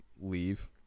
leave